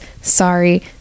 sorry